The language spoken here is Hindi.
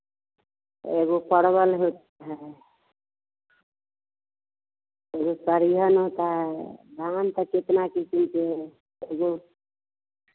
एगो परवल है एगो सरिहन होता है धान तो कितना किस्म के है एगो